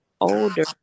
older